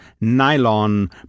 nylon